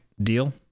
Deal